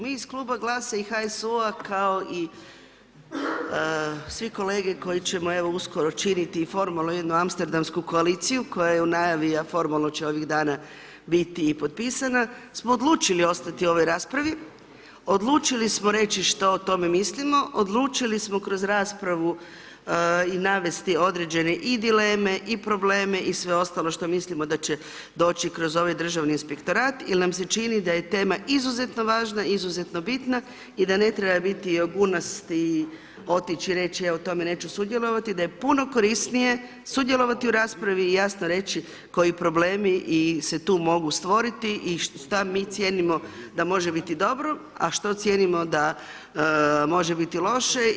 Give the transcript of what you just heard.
Mi iz kluba GLAS-a i HSU-a kao i svi kolege koji ćemo evo uskoro činiti i formalno jednu amsterdamsku koaliciju koja je u najavi a formalno će ovih dana biti i potpisana smo odlučili ostati u ovoj raspravi, odlučili smo reći što o tome mislimo, odlučili smo kroz raspravu i navesti određene i dileme i probleme i sve ostalo što mislimo da će doći kroz ovaj Državni inspektorat jer nam se čini da je tema izuzetno važna i izuzetno bitna i da ne treba biti ... i otići i reći ja u tome neću sudjelovati, da je puno korisnije sudjelovati u raspravi i jasno reći koji problemi se tu mogu stvoriti i šta mi cijenimo da može biti dobro a šta cijenimo da može biti loše.